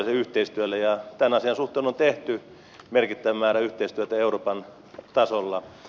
tämän asian suhteen on tehty merkittävä määrä yhteistyötä euroopan tasolla